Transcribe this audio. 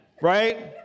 Right